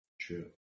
true